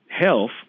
health